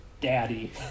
daddy